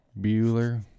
Bueller